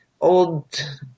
old